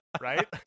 right